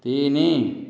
ତିନି